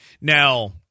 Now